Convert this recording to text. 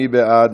מי בעד?